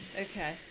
Okay